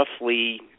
roughly